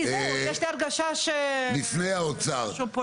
נאמר לי שהם לא קיבלו